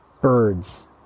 birds